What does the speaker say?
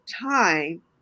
time